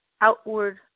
outward